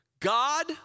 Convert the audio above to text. God